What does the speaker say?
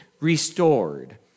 restored